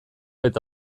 eta